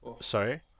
sorry